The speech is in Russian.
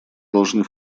должны